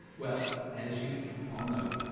well as you all know,